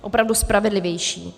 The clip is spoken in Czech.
Opravdu spravedlivější.